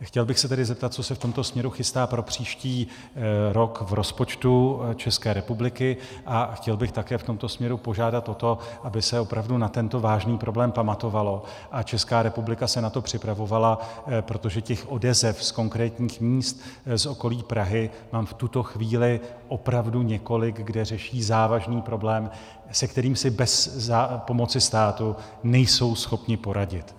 Chtěl bych se tedy zeptat, co se v tomto směru chystá pro příští rok v rozpočtu České republiky, a chtěl bych také v tomto směru požádat o to, aby se opravdu na tento vážný problém pamatovalo a Česká republika se na to připravovala, protože těch odezev z konkrétních míst z okolí Prahy mám v tuto chvíli opravdu několik, kde řeší závažný problém, se kterým si bez pomoci státu nejsou schopni poradit.